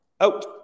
Out